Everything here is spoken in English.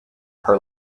her